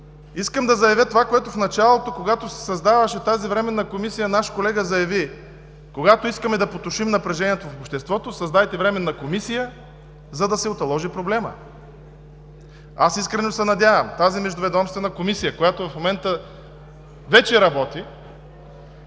Искам да заявя това, което в началото, когато се създаваше тази Временна комисия, наш колега заяви, че когато искаме да потушим напрежението в обществото, създайте временна комисия, за да се уталожи проблемът. Аз искрено се надявам тази Междуведомствена комисия, която в момента вече работи,